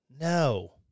No